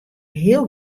hiel